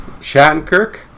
Shattenkirk